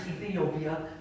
Ethiopia